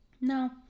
No